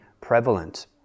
prevalent